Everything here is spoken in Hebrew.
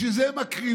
בשביל זה הן מקריבות,